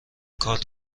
کارت